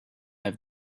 have